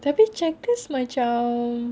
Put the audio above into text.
tapi checkers macam